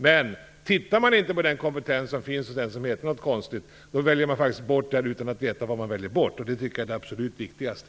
Men om man inte tittar på den kompetens som finns hos den som heter något konstigt väljer man faktiskt bort den utan att veta vad man väljer bort. Det tycker jag är det absolut viktigaste.